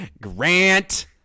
Grant